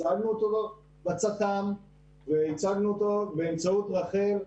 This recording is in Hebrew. הצגנו אותו לצט"ם והצגנו אותו באמצעות רח"ל,